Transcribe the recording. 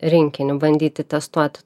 rinkinį bandyti testuot